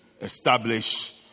establish